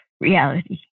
reality